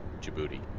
Djibouti